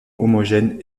homogène